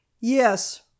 Yes